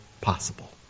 possible